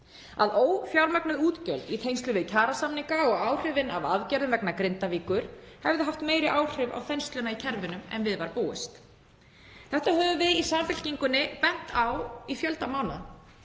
að ófjármögnuð útgjöld í tengslum við kjarasamninga og áhrifin af aðgerðum vegna Grindavíkur hefðu haft meiri áhrif á þensluna í kerfinu en við var búist. Þetta höfum við í Samfylkingunni bent á í fjölda mánaða.